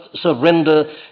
surrender